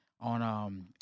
on